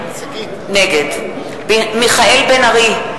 נגד מיכאל בן-ארי,